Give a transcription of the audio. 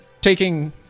taking